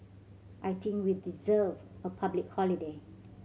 I think we deserve a public holiday